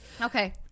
Okay